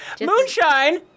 Moonshine